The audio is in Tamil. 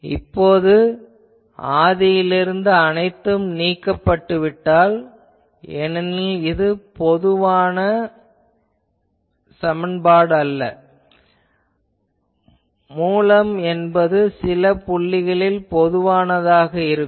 இப்போது ஆதியிலிருந்து அனைத்தும் நீக்கப்பட்டுவிட்டால் ஏனெனில் இது பொதுவானது அல்ல மூலம் என்பது சில புள்ளிகளில் பொதுவானதாக இருக்கும்